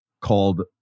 called